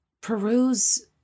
peruse